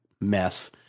mess